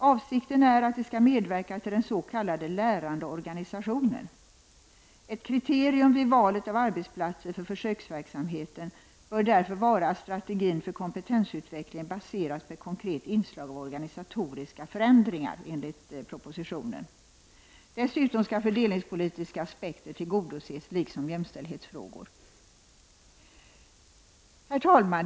Avsikten är att det skall medverka till den s.k. lärande organisationen. Ett kriterium vid valet av arbetsplatser för försöksverksamheten bör därför enligt propositionen vara att strategin för kompetensutvecklingen baseras på konkreta inslag av organisatoriska förändringar. Dessutom skall fördelningspolitiska aspekter tillgodoses liksom jämställdhetsfrågor. Herr talman!